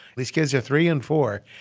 these kids are three and four.